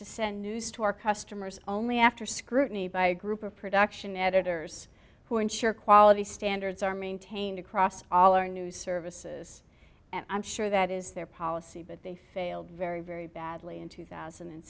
to send news to our customers only after scrutiny by a group of production editors who ensure quality standards are maintained across all our news services and i'm sure that is their policy but they failed very very badly in two thousand and